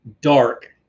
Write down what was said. dark